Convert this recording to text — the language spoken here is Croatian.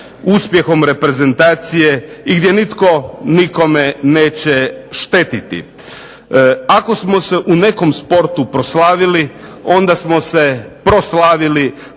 uspjehom reprezentacije i gdje nitko nikome neće štetiti. Ako smo se u nekom sportu proslavili, onda smo se proslavili